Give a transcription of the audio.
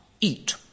Eat